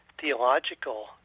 theological